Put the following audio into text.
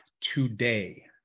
today